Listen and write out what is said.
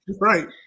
Right